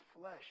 flesh